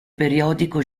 periodico